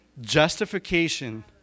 Justification